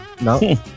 No